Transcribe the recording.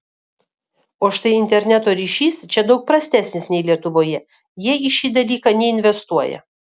o štai interneto ryšys čia daug prastesnis nei lietuvoje jie į šį dalyką neinvestuoja